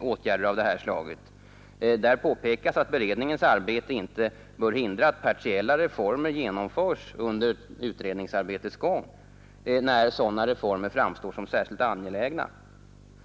åtgärder av detta slag. Där påpekas att beredningens arbete inte bör hindra att partiella reformer genomförs under utredningsarbetets gång, när sådana reformer framstår såsom särskilt angelägna.